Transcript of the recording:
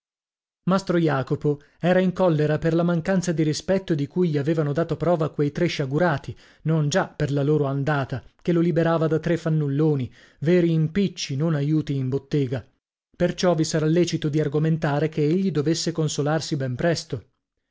mastro jacopo era in collera per la mancanza di rispetto di cui gli avevano dato prova quei tre sciagurati non già per la loro andata che lo liberava da tre fannulloni veri impicci non aiuti in bottega perciò vi sarà lecito di argomentare che egli dovesse consolarsi ben presto